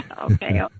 okay